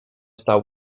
stał